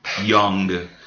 young